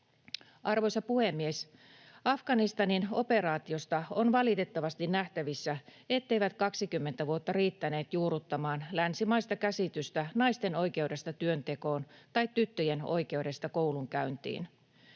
Arvoisa puhemies! Afganistanin operaatiosta on valitettavasti nähtävissä, etteivät 20 vuotta riittäneet juurruttamaan länsimaista käsitystä naisten oikeudesta työntekoon tai tyttöjen oikeudesta koulunkäyntiin.